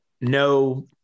no